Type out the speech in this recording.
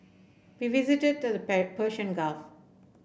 we visited the Persian Gulf